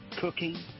cooking